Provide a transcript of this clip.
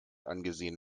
angesehen